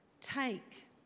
take